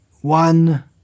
one